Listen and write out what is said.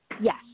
yes